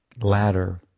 ladder